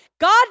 God